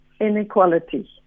inequality